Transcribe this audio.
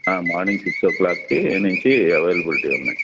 morning సిక్సో క్లాక్కి నించి అవైలబులిటీ ఉన్నయి